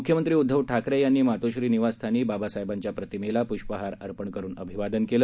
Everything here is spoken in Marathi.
मुख्यमंत्री उद्धव ठाकरे यांनी मातोश्री निवासस्थानी बाबासाहेबांच्या प्रतिमेला पुष्पहार अर्पण करून अभिवादन केलं